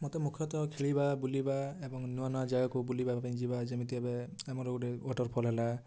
ମୋତେ ମୁଖ୍ୟତଃ ଖେଳିବା ବୁଲିବା ଏବଂ ନୂଆ ନୂଆ ଜାଗାକୁ ବୁଲିବା ପାଇଁ ଯିବା ଯେମିତି ଏବେ ଆମର ଗୋଟିଏ ୱାଟର୍ ଫଲ୍ ହେଲା